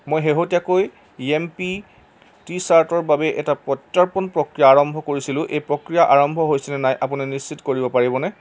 মই শেহতীয়াকৈ য়েপমিত টি শ্বাৰ্টৰ বাবে এটা প্ৰত্যৰ্পণ প্ৰক্ৰিয়া আৰম্ভ কৰিছিলোঁ এই প্ৰক্ৰিয়া আৰম্ভ হৈছে নে নাই আপুনি নিশ্চিত কৰিব পাৰিবনে